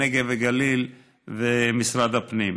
הנגב והגליל ומשרד הפנים.